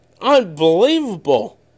unbelievable